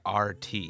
rt